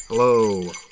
Hello